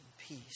peace